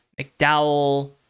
McDowell